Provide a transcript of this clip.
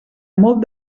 molt